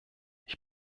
ich